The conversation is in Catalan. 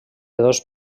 dos